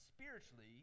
Spiritually